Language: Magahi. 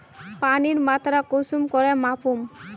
पानीर मात्रा कुंसम करे मापुम?